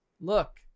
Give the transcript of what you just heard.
look